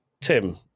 Tim